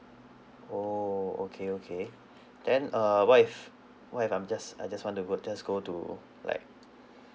orh okay okay then err what if what if I'm just I just want to go just go to like